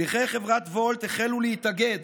שליחי חברת wolt החלו להתאגד,